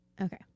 Okay